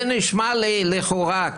זה נשמע לי לכאורה,